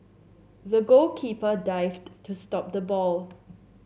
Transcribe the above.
the goalkeeper dived to stop the ball